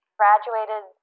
graduated